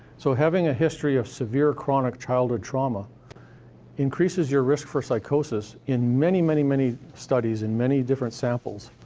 so having a history of severe, chronic childhood trauma increases your risk for psychosis in many, many, many studies, in many different samples,